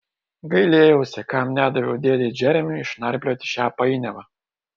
gailėjausi kam nedaviau dėdei džeremiui išnarplioti šią painiavą